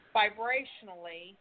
vibrationally